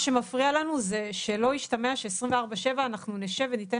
מה שמפריע לנו שזה שלא ישתמע ש-24/7 אנחנו נשב וניתן